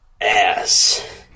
ass